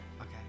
Okay